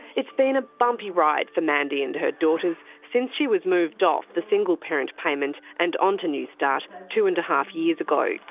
it's been a bumpy ride for mandy and her daughters since she was moved off the single parent payment and onto newstart two and a half years ago.